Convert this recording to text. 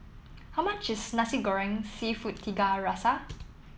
how much is Nasi Goreng seafood Tiga Rasa